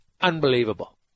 Unbelievable